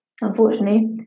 unfortunately